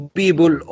people